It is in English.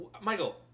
Michael